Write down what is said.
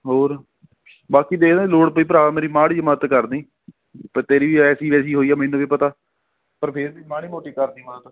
ਹੋਰ ਬਾਕੀ ਦੇਖਦੇ ਲੋੜ ਪਈ ਭਰਾ ਮੇਰੀ ਮਾੜੀ ਜੀ ਮਦਦ ਕਰਦੀ ਪਰ ਤੇਰੀ ਐਸੀ ਵੈਸੀ ਹੋਈ ਆ ਮੈਨੂੰ ਵੀ ਪਤਾ ਪਰ ਫਿਰ ਵੀ ਮਾੜੀ ਮੋਟੀ ਕਰਦੀ ਮਦਦ